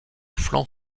flanc